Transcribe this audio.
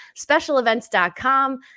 SpecialEvents.com